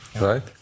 right